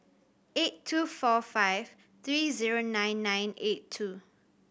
eight two four five three zero nine nine eight two